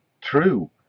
true